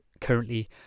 currently